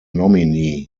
nominee